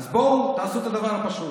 אז בואו, תעשו את הדבר הפשוט: